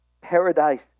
paradise